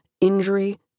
injury